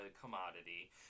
commodity